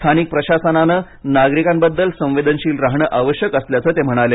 स्थानिक प्रशासनानं नागरिकांबद्दल संवेदनशील राहणं आवश्यक असल्याचं ते म्हणाले